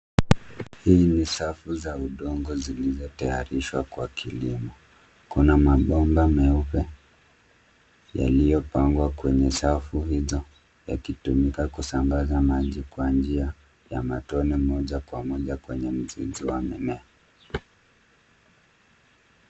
Hii ni safu za udongo zilizo tayarishwa kwa kilimo kuna mabomba meupe yaliyopangwa kwenye safu hizo yakitumika kusambaza maji kwa njia ya matone moja kwa moja kwenye mzizi wa mmea.